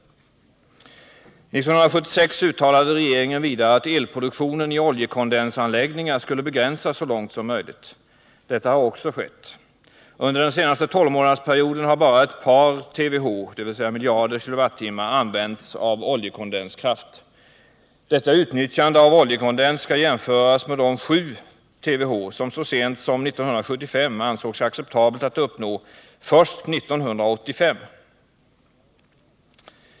1976 uttalade regeringen vidare att elproduktionen i oljekondensanläggningar skulle begränsas så långt som möjligt. Detta har också skett. Under den senaste tolvmånadersperioden har bara ett par TWh använts av oljekondenskraft. Detta utnyttjande av oljekondens skall jämföras med de 7 TWh som så sent som 1975 ansågs acceptabelt att uppnå först 1985.